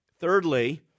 Thirdly